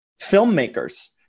filmmakers